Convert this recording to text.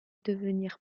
devenir